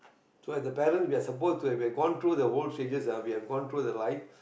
so as the parent we are suppose to have we have gone through the whole stages ah we have gone through the lifes